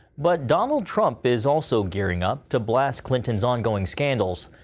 but donald trump is also gearing up to blast clinton's on-going scandals.